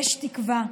יש תקווה.